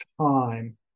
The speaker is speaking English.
time